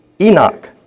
Enoch